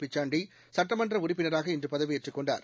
பிக்சாண்டி சுட்டமன்ற உறுப்பினராக இன்று பதவியேற்றுக்கொண்டார்